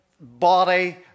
body